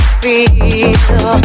feel